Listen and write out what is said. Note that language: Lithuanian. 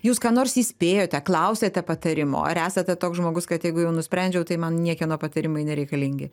jūs ką nors įspėjote klausėte patarimo ar esate toks žmogus kad jeigu jau nusprendžiau tai man niekieno patarimai nereikalingi